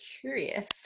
curious